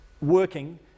working